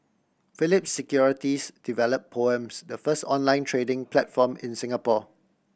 Phillip Securities develop Poems the first online trading platform in Singapore